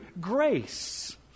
grace